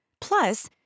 Plus